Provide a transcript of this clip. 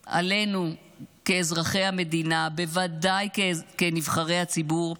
וכאזרחי המדינה, בוודאי כנבחרי הציבור,